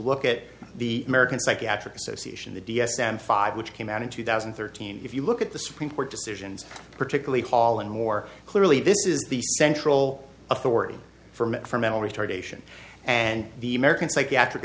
look at the american psychiatric association the d s m five which came out in two thousand and thirteen if you look at the supreme court decisions particularly call and more clearly this is the central authority from it for mental retardation and the american psychiatric